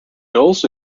also